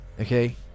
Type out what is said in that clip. okay